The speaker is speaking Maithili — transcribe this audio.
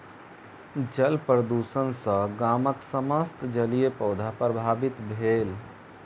जल प्रदुषण सॅ गामक समस्त जलीय पौधा प्रभावित भेल